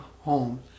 home